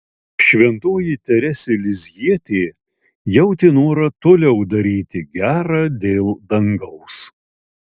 šventoji teresė lizjietė jautė norą toliau daryti gera dėl dangaus